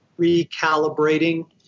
recalibrating